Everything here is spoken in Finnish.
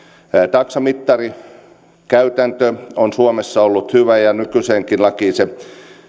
taksamittarikäytäntö on suomessa ollut hyvä ja nykyiseenkin lakiin se